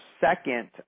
second